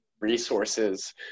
resources